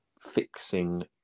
fixing